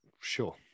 Sure